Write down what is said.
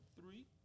three